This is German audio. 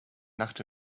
nacht